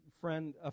friend